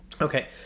Okay